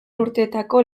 urteetako